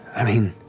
i mean,